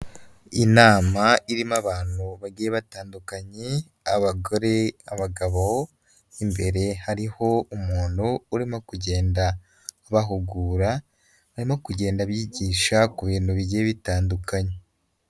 Inama irimo abantu bagiye batandukanye abagore, abagabo, imbere hariho umuntu urimo kugenda abahugura, arimo kugenda bigisha ku bintu bigiye bitandukanye.